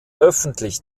öffentlich